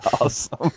Awesome